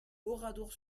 oradour